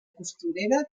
costurera